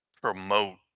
promote